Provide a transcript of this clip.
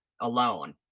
alone